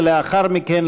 ולאחר מכן,